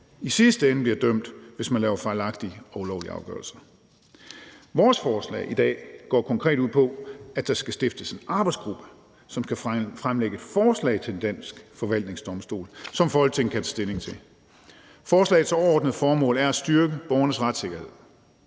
i sidste ende bliver dømt, hvis man træffer fejlagtige og ulovlige afgørelser. Vores forslag i dag går konkret ud på, at der skal stiftes en arbejdsgruppe, som skal fremlægge forslag til en dansk forvaltningsdomstol, som Folketinget kan tage stilling til. Forslagets overordnede formål er at styrke borgernes retssikkerhed.